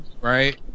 right